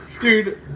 Dude